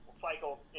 cycles